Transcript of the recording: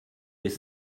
des